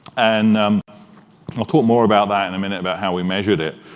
and we'll talk more about that in a minute about how we measured it.